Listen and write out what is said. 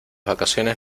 vacaciones